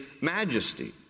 majesty